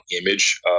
image